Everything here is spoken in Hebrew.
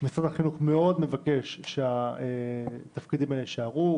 שמשרד החינוך מבקש שהתפקידים הללו יישארו.